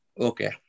Okay